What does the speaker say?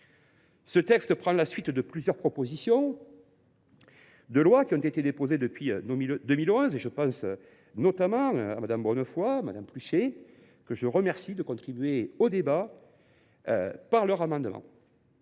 Ce texte prend la suite de plusieurs propositions de loi déposées depuis 2011, notamment par Mme Bonnefoy et Mme Pluchet, que je remercie de contribuer au débat par leurs amendements.